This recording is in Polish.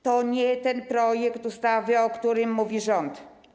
To nie ten projekt ustawy, o którym mówi rząd.